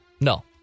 No